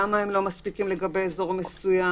למה הם לא מספיקים לגבי אזור מסוים,